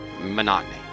monotony